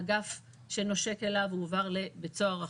אגף שנושק אליו הועבר לבית סוהר אחר.